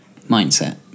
mindset